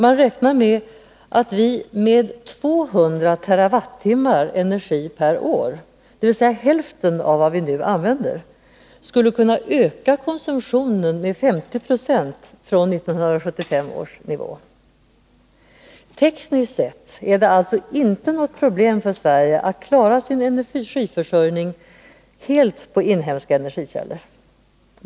Man räknar med att vi på 200 TWh per år dvs. hälften av vad vi nu använder, skulle kunna öka konsumtionen med 50 90 från 1975 års nivå. Tekniskt sett är det alltså inte något problem för Sverige att klara sin energiförsörjning helt på inhemska energikällor.